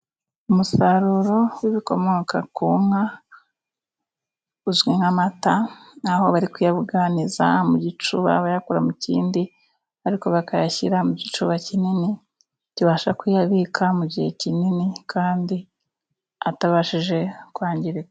Umusaruro w'ibikomoka ku nka uzwi nk'amata nk'aho bari kuyaganiza mu gicuba bayakura mu kindi ariko bakayashyira mu gicuba kinini kibasha kuyabika mu gihe kinini kandi atabashije kwangirika.